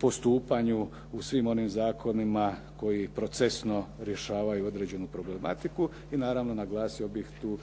postupanju, u svim onim zakonima koji procesno rješavaju određenu problematiku i naravno, naglasio bih tu